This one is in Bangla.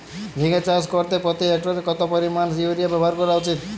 ঝিঙে চাষ করতে প্রতি হেক্টরে কত পরিমান ইউরিয়া ব্যবহার করা উচিৎ?